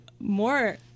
more